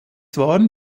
waren